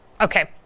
okay